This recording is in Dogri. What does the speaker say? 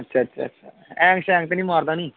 अच्छा अच्छा अच्छा हैंग शेेंग ते नी मारदा नी